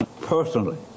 personally